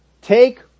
Take